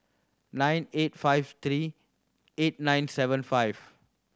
nine eight five three eight nine seven five